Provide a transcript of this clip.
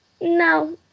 no